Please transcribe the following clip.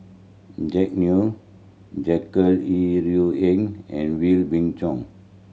Jack Neo Jackie Yi Ru Ying and Wee Beng Chong